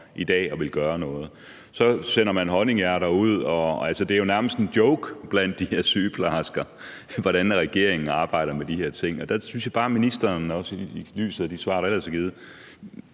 i dag at ville gøre noget. Så sender man honninghjerter ud – altså, det er jo nærmest en joke blandt de her sygeplejersker, hvordan regeringen arbejder med de her ting. Der synes jeg bare, at ministeren – også i lyset af de svar, der ellers har givet